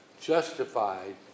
Justified